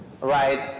right